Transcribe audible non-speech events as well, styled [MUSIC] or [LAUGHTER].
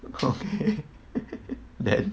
okay [LAUGHS] then